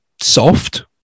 soft